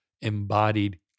embodied